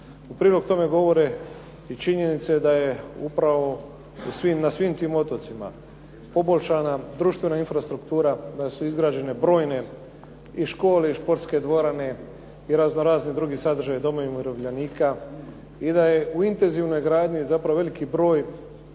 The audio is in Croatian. U prilog tome govore i činjenice da je upravo na svim tim otocima poboljšana društvena infrastruktura, da su izgrađene brojne i škole i športske dvorane i raznorazni drugi sadržaji, domovi umirovljenika i da je u intenzivnoj gradnji zapravo veliki broj